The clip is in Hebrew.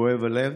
כואב הלב.